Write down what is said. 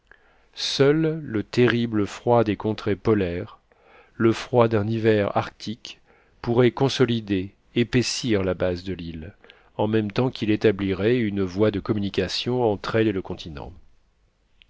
seul le terrible froid des contrées polaires le froid d'un hiver arctique pourrait consolider épaissir la base de l'île en même temps qu'il établirait une voie de communication entre elle et le continent